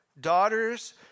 daughters